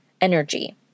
energy